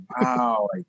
wow